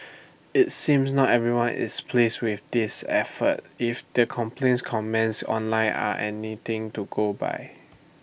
IT seems not everyone is pleased with this effort if the complaints comments online are anything to go by